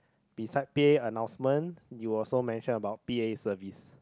beside p_a annoucement you also mention about p_a service